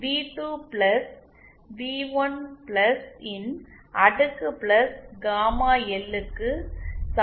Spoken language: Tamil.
வி2 பிளஸ் வி1 பிளஸ் இ ன் அடுக்கு பிளஸ் காமா எல்லுக்கு சமமாக இருப்பதை பார்க்கலாம்